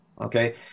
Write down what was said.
okay